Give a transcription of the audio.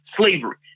slavery